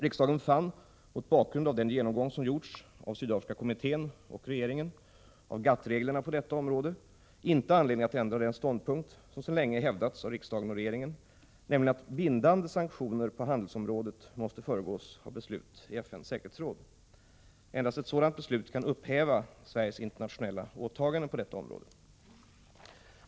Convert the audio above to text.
Riksdagen fann, mot bakgrund av den genomgång som gjorts av Sydafrikakommittén och regeringen av GATT-reglerna på detta område, inte anledning att ändra den ståndpunkt som sedan länge hävdats av riksdagen och regeringen, nämligen att bindande sanktioner på handelsområdet måste föregås av beslut i FN:s säkerhetsråd. Endast ett sådant beslut kan upphäva Sveriges internationella åtaganden på detta område.